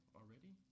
already